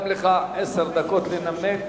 גם לך עשר דקות לנמק